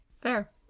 Fair